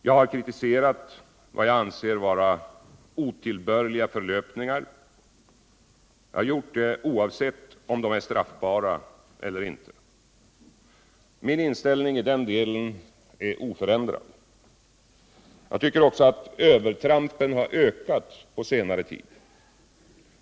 Jag har kritiserat vad jag anser vara otillbörliga förlöpningar. Jag har gjort det oavsett om dessa är straffbara eller inte. Min inställning i den delen är oförändrad. Jag tycker också att övertrampen har ökat på senare tid.